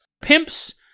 Pimps